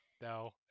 no